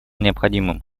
необходимым